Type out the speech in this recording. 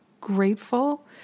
grateful